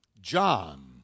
John